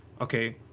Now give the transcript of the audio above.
Okay